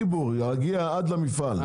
להגיע עד למפעל.